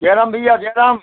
जय राम भएइया जय राम